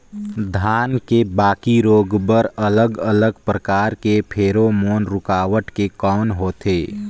धान के बाकी रोग बर अलग अलग प्रकार के फेरोमोन रूकावट के कौन होथे?